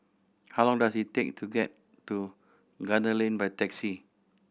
how long does it take to get to Gunner Lane by taxi